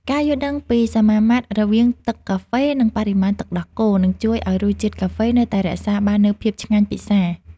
ការយល់ដឹងពីសមាមាត្ររវាងទឹកកាហ្វេ និងបរិមាណទឹកដោះគោនឹងជួយឱ្យរសជាតិកាហ្វេនៅតែរក្សាបាននូវភាពឆ្ងាញ់ពិសា។